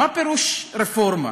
מה פירוש "רפורמה"?